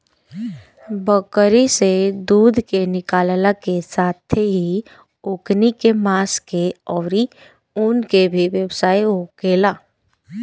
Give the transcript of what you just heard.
बकरी से दूध के निकालला के साथेही ओकनी के मांस के आउर ऊन के भी व्यवसाय होखेला